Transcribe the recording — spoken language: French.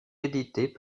éditées